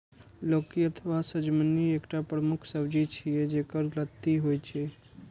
लौकी अथवा सजमनि एकटा प्रमुख सब्जी छियै, जेकर लत्ती होइ छै